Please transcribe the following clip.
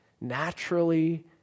naturally